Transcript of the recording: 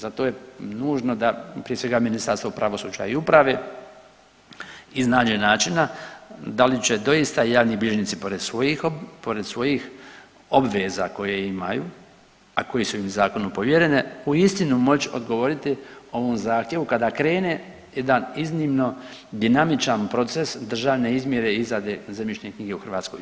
Zato je nužno da prije svega Ministarstvo pravosuđa i uprave iznađe načina da li će doista javni bilježnici pored svojih obveza koje imaju, a koje su im zakonom povjerene uistinu moći odgovoriti ovom zahtjevu kada krene jedan iznimno dinamičan proces državne izmjere i izrade zemljišne knjige u Hrvatskoj.